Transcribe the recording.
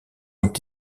ont